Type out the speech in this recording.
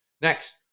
next